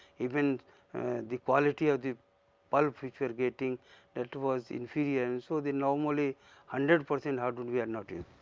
even the quality of the pulp which we are getting that was inferior. and so the normally one hundred percent hardwood we are not yeah